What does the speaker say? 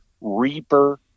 Reaper